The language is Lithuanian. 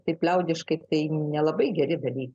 taip liaudiškai tai nelabai geri dalykai